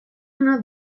know